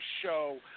show